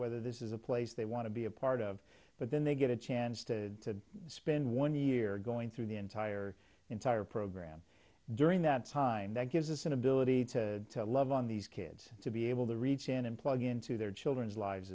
whether this is a place they want to be a part of but then they get a chance to spend one year going through the entire entire program during that time that gives us an ability to love on these kids to be able to reach in and plug into their children's lives